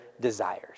desires